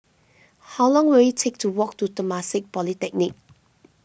how long will it take to walk to Temasek Polytechnic